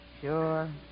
Sure